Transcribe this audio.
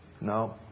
No